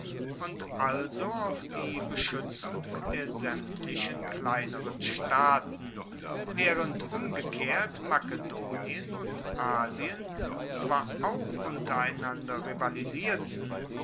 und also auf die beschuetzung der saemtlichen kleineren staaten waehrend umgekehrt makedonien und asien zwar auch untereinander rivalisierten